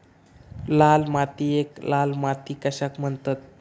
लाल मातीयेक लाल माती कशाक म्हणतत?